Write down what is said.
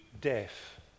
deaf